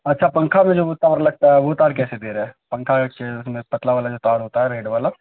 اچھا پنکھا میں جو وہ تار لگتا ہے وہ تار کیسے دے رہے پنکھا پتلا والا جو تار ہوتا ہے ریڈ والا